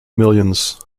millions